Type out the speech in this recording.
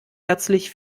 herzlich